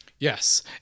Yes